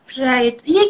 Right